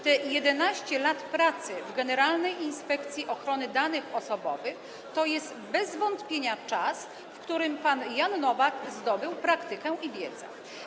Te 11 lat pracy w generalnej inspekcji ochrony danych osobowych to jest bez wątpienia czas, w którym pan Jan Nowak zdobył praktykę i wiedzę.